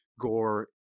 Gore